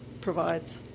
provides